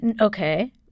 Okay